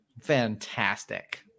Fantastic